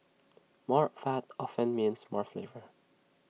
more fat often means more flavour